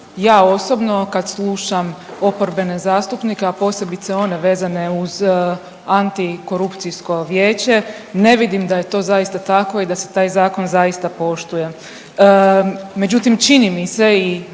ja osobno kad slušam oporbene zastupnike, a posebice one vezane uz Antikorupcijsko vijeće ne vidim da je to zaista tako i da se taj zakon doista poštuje. Međutim, čini mi se i